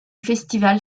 festival